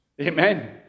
Amen